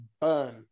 burn